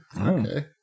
Okay